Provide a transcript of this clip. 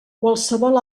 qualsevol